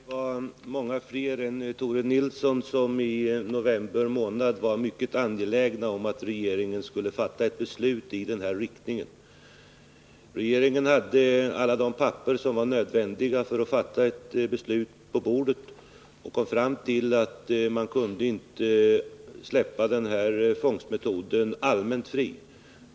Herr talman! Det var många personer — inte bara Tore Nilsson — som i november månad var mycket angelägna om att regeringen skulle fatta ett beslut i den här riktningen. Regeringen hade alla papper på bordet som var nödvändiga för att man skulle kunna fatta ett beslut. Man kom fram till att den här fångstmetoden inte kunde släppas allmänt fri.